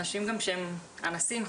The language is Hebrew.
גם אנשים שהם אנסים,